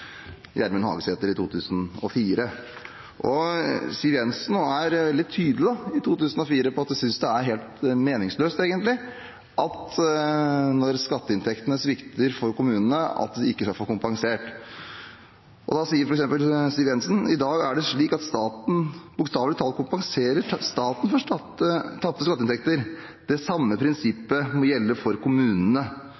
I 2004 var Siv Jensen også veldig tydelig på at det egentlig er helt meningsløst at kommunene ikke skal bli kompensert når skatteinntektene svikter. Siv Jensen sa til Bergens Tidende: «I dag er det slik at staten bokstavelig talt kompenserer staten for tapte inntekter. Det samme